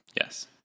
Yes